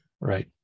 Right